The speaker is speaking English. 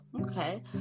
okay